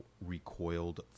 recoiled